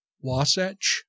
Wasatch